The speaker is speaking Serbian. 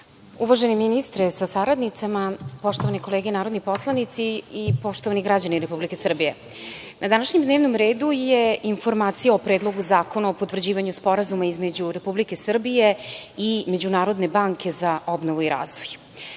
ministre sa saradnicima, poštovane kolege narodni poslanici, i poštovani građani Republike Srbije, na današnjem dnevnom redu je informacija o Predlogu zakona o potvrđivanju Sporazuma između Republike Srbije i Međunarodne banke za obnovu i razvoj. Želim